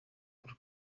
paul